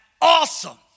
awesome